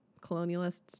colonialists